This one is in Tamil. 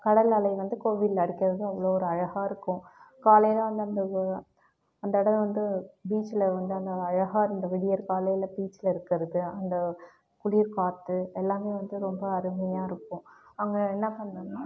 கடல் அலை வந்து கோவிலில் அடிக்கிறது அவ்வளோ ஒரு அழகாக இருக்கும் காலையில் வந்து அந்த எ அந்த இடம் வந்து பீச்சில் வந்து அந்த அழகாக அந்த விடியற்காலையில் பீச்சில் இருக்கிறது அந்த குளிர்காற்று எல்லாமே வந்து ரொம்ப அருமையாக இருக்கும் அங்கே என்ன பண்ணணுன்னா